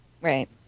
Right